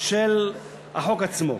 של החוק עצמו.